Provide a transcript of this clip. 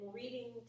reading